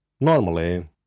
Normally